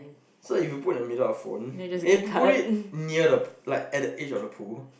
so if you put the middle of phone and you have to put it near the pool like at the edge of the pool